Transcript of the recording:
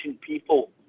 people